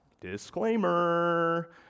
disclaimer